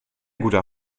guter